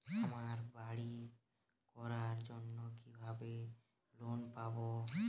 আমি বাড়ি করার জন্য কিভাবে লোন পাব?